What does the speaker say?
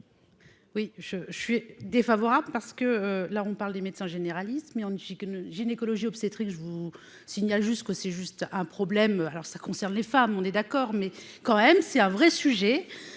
Oui je je suis défavorable, parce que là on parle des médecins généralistes. Mais on ne Chicken gynécologie obstétrique, je vous signale juste que c'est juste. Un problème alors ça concerne les femmes, on est d'accord, mais quand même, c'est un vrai sujet